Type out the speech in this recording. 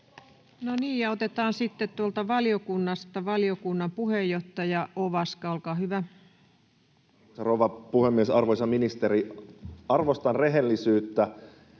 No niin, ja otetaan sitten tuolta valiokunnasta valiokunnan puheenjohtaja Ovaska. — Olkaa hyvä. Arvoisa rouva puhemies! Arvoisa ministeri! Arvostan rehellisyyttä